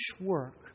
work